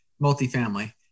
multifamily